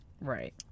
Right